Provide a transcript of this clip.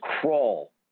crawl